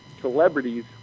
celebrities